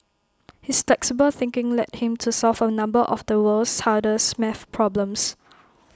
his flexible thinking led him to solve A number of the world's hardest math problems